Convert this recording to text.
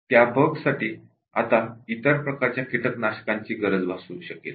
त्या बग्स साठी आता इतर प्रकारच्या कीटकनाशकांची गरज भासू शकेल